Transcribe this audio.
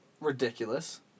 Ridiculous